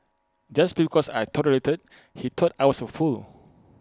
just because I tolerated he thought I was A fool